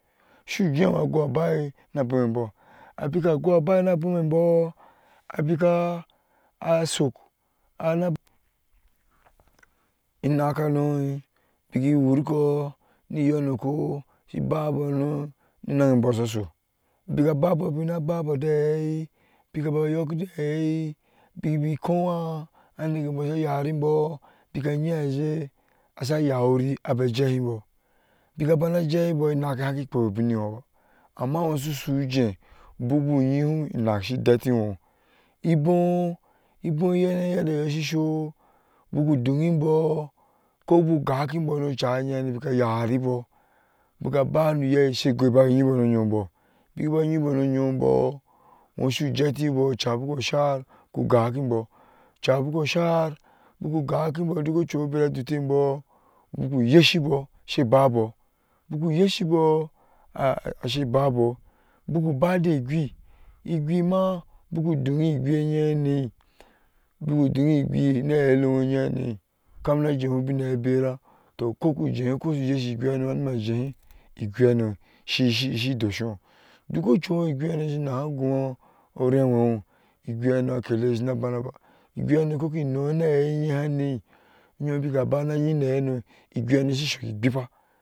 Sujewp agoibai, na bomembɔ abika goiba nabomembɔ abika ashok ana inakkanoi biji worko ni yonoko shi ibabo nonhye bo shaso, bika babɔ bina babɔ da yai biayok jehei bikibi kɔ anekenbo sha yarimbɔ bika yyazie asa yori aba jehibo bika banajehibɔ inakke hakki pweyobinyoba, ama wosusu ujiie, buku hihom inak shio dettinwo ibwo ibowe ko gogakinbɔ nocai yei bika yaribo bikaba noyai she goiba yibo no yoibɔ bikaba yyibɔ no goaikobɔ cabuku shar buku gakibɔ dukko ciwosu, bera dutte bɔ, buku yeshibɔ ashe babɔ buku yeshibo aashe babɔ bukubade gwii gwiima, buku donghigwii enyhe hanebuku don igwii na helewo enyihane kammina jie bineye bera, tua kokuje ko yeshi igwii hano nima jehe igwiihano si shishi doshiwo duko owu igwii hano shi nahago uremwo igwii hano akekeye shina banana igwi hano kogi nonaheianyehane yom bibaka nayyina heihano igwii hano shi shokki gwippa.